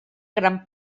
gran